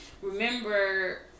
remember